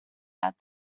that